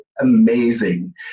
amazing